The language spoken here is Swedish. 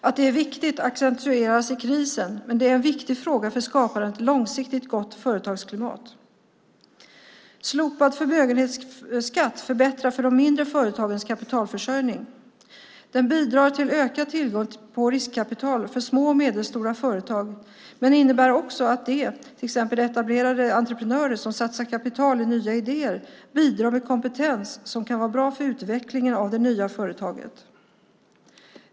Att det är viktigt accentueras i krisen, men det är en viktig fråga för skapandet av ett långsiktigt gott företagsklimat. Slopad förmögenhetsskatt förbättrar för de mindre företagens kapitalförsörjning. Den bidrar till ökad tillgång på riskkapital för små och medelstora företag men innebär också att till exempel etablerade entreprenörer som satsar kapital i nya idéer bidrar med kompetens som kan vara bra för utvecklingen av det nya företaget.